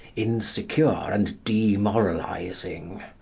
insecure, and demoralising.